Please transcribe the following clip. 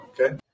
Okay